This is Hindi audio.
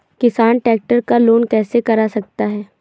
किसान ट्रैक्टर का लोन कैसे करा सकता है?